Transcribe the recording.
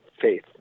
faith